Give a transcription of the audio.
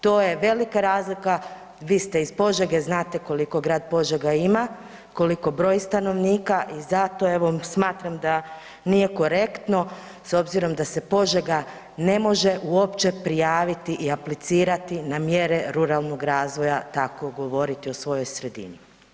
To je velika razlika, vi ste i Požege, znate koliko grad Požega ima, koliko broji stanovnika i zato evo smatram da nije korektno s obzirom da se Požega ne može uopće prijaviti i aplicirati na mjere ruralnog razvoja, tako govoriti o svojoj sredini.